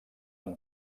amb